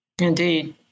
Indeed